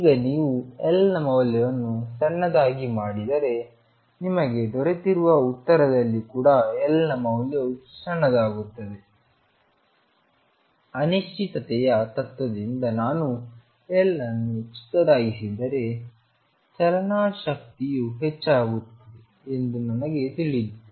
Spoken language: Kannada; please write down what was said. ಈಗ ನೀವು L ನ ಮೌಲ್ಯವನ್ನು ಸಣ್ಣದಾಗಿ ಮಾಡಿದರೆ ನಿಮಗೆ ದೊರೆತಿರುವ ಉತ್ತರದಲ್ಲಿ ಕೂಡ L ನ ಮೌಲ್ಯವು ಸಣ್ಣದಾಗಿರುತ್ತದೆ ಅನಿಶ್ಚಿತತೆಯ ತತ್ವದಿಂದ ನಾನು L ಅನ್ನು ಚಿಕ್ಕದಾಗಿಸಿದರೆ ಚಲನಾ ಶಕ್ತಿಯು ಹೆಚ್ಚಾಗುತ್ತದೆ ಎಂದು ನನಗೆ ತಿಳಿದಿದೆ